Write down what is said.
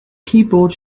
keyboard